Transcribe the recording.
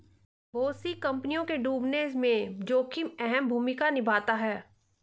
बहुत सी कम्पनियों के डूबने में जोखिम अहम भूमिका निभाता है